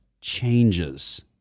changes